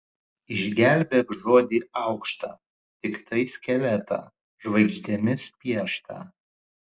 išgelbėk žodį aukštą tiktai skeletą žvaigždėmis pieštą